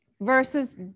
Versus